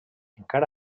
encara